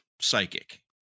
psychic